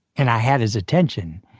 and i had his attention,